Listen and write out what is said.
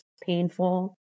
painful